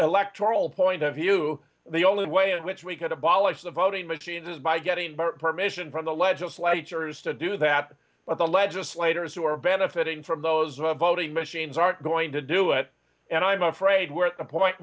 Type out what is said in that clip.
electoral point of view the only way in which we could abolish the voting machines is by getting permission from the legislatures to do that but the legislators who are benefiting from those who have voting machines aren't going to do it and i'm afraid we're at a point